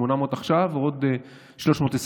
800 עכשיו ועוד 322,